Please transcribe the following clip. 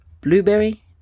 Blueberry